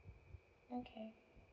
okay